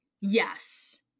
yes